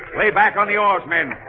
back on the oarsmen